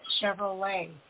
Chevrolet